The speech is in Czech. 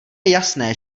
jasné